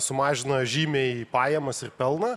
sumažina žymiai pajamas ir pelną